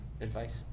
advice